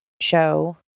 show